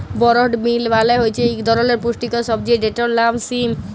বরড বিল মালে হছে ইক ধরলের পুস্টিকর সবজি যেটর লাম সিম